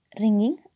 ringing